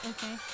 Okay